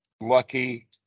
lucky